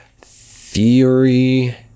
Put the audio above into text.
theory